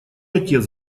отец